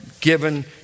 given